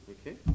Okay